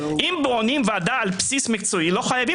אם בונים ועדה על בסיס מקצועי לא חייבים